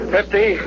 Fifty